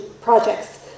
projects